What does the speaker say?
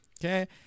Okay